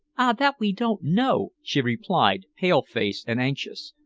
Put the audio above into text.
ah! that we don't know, she replied, pale-faced and anxious.